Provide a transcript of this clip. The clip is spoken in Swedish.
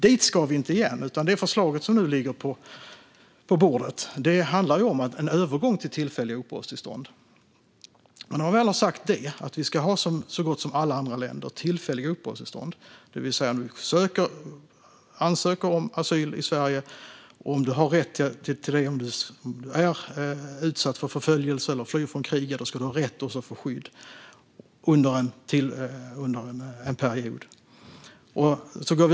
Dit ska vi inte igen, utan det förslag som nu ligger på bordet handlar om en övergång till tillfälliga uppehållstillstånd. I likhet med så gott som alla andra länder ska vi alltså ha tillfälliga uppehållstillstånd. Man ansöker om asyl i Sverige. Om man är utsatt för förföljelse eller flyr från krig ska man ha rätt att få skydd under en period.